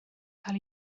cael